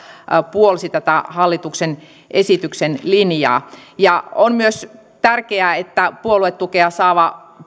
puolsi tätä hallituksen esityksen linjaa on myös tärkeää että puoluetukea saavaa